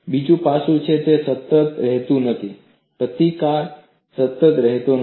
બીજું પાસું છે તે સતત રહેતું નથી પ્રતિકાર સતત રહેતો નથી